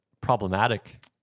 problematic